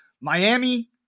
Miami